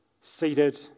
seated